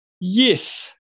yes